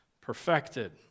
perfected